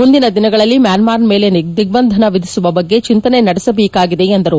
ಮುಂದಿನ ದಿನಗಳಲ್ಲಿ ಮ್ಯಾನ್ಹಾರ್ ಮೇಲೆ ದಿಗ್ಗಂಧನ ವಿಧಿಸುವ ಬಗ್ಗೆ ಚಿಂತನೆ ನಡೆಸಬೇಕಾಗಿದೆ ಎಂದರು